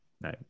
no